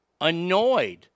annoyed